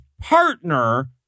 partner